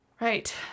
Right